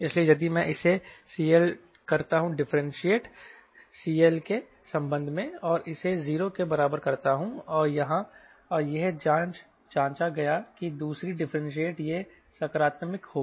इसलिए यदि मैं इसे CL डिफरेंटशिएट करता हूं CL के संबंध में और इसे 0 के बराबर करता हूं और यह जांचा गया कि दूसरी डिफरेंटशिएट यह सकारात्मक होगी